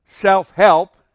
self-help